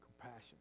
compassion